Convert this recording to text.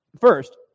First